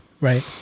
right